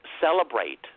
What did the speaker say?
celebrate